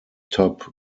top